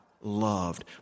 loved